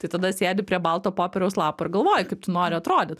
tai tada sėdi prie balto popieriaus lapo ir galvoji kaip tu nori atrodyt